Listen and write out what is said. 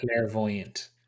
clairvoyant